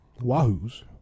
Wahoos